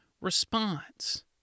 response